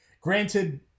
granted